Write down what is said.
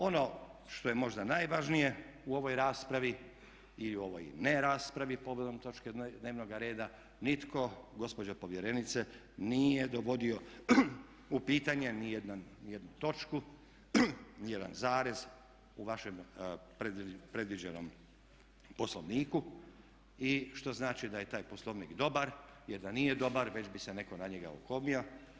Ono što je možda najvažnije u ovoj raspravi i u ovoj ne raspravi povodom točke dnevnoga reda nitko gospođo povjerenice nije dovodio u pitanje nijednu točku, nijedan zarez u vašem predviđenom Poslovniku što znači da je taj Poslovnik dobar jer da nije dobar već bi se netko na njega okomio.